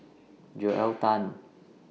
Joel Tan